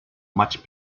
maig